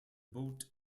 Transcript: boat